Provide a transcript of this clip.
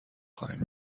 خواهیم